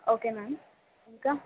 okay ma'am ఇంకా